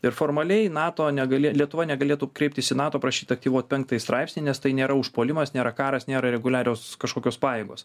ir formaliai nato negali lietuva negalėtų kreiptis į nato prašyti aktyvuot penktąjį straipsnį nes tai nėra užpuolimas nėra karas nėra reguliarios kažkokios pajėgos